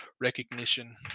recognition